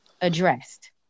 addressed